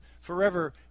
forever